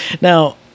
Now